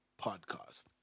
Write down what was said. podcast